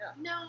No